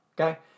okay